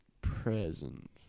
present